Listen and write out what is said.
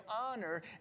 honor